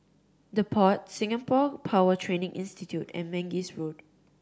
The Pod Singapore Power Training Institute and Mangis Road